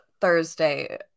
Thursday